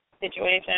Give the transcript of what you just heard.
situation